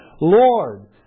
Lord